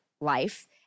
life